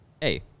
hey